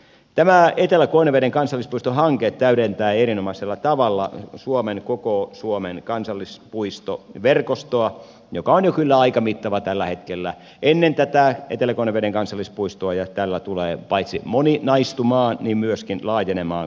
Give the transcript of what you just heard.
tämä etelä konneveden kansallispuistohanke täydentää erinomaisella tavalla koko suomen kansallispuistoverkostoa joka on kyllä jo aika mittava tällä hetkellä ennen tätä etelä konneveden kansallispuistoa ja tulee tällä paitsi moninaistumaan myöskin laajenemaan koko tuo verkosto